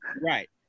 right